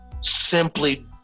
simply